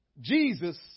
Jesus